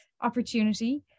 opportunity